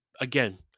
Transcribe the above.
again